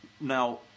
Now